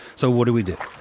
so what do we do?